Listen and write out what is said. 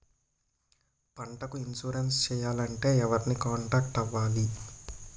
పంటకు ఇన్సురెన్స్ చేయాలంటే ఎవరిని కాంటాక్ట్ అవ్వాలి?